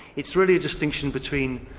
it's really a distinction between